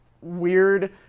weird